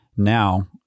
Now